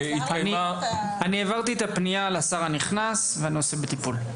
התקיימה --- העברתי את הפנייה לשר הנכנס והנושא בטיפול.